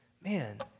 man